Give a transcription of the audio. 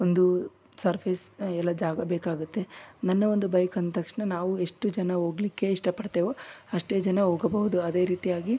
ಒಂದು ಸರ್ಫೇಸ್ ಎಲ್ಲ ಜಾಗ ಬೇಕಾಗುತ್ತೆ ನನ್ನ ಒಂದು ಬೈಕ್ ಅಂದ ತಕ್ಷಣ ನಾವು ಎಷ್ಟು ಜನ ಹೋಗ್ಲಿಕ್ಕೆ ಇಷ್ಟ ಪಡ್ತೆವೋ ಅಷ್ಟೇ ಜನ ಹೋಗಬಹುದು ಅದೇ ರೀತಿಯಾಗಿ